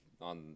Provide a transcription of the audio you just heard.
on